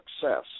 success